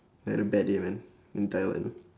had a bad day man in thailand